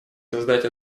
создать